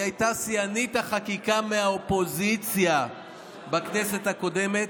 היא הייתה שיאנית החקיקה מהאופוזיציה בכנסת הקודמת.